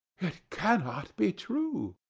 cannot be true.